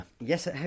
yes